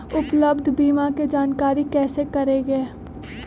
उपलब्ध बीमा के जानकारी कैसे करेगे?